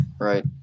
Right